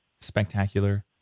spectacular